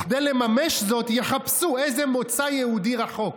וכדי לממש זאת יחפשו איזה מוצא יהודי רחוק".